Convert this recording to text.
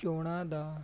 ਚੋਣਾਂ ਦਾ